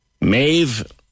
Maeve